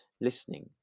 listening